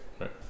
right